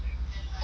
who ask you